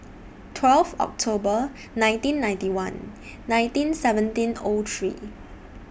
twelve October nineteen ninety one nineteen seventeen O three